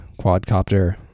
quadcopter